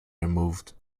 removed